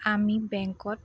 আমি বেংকত